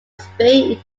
spain